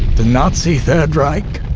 the nazi third reich,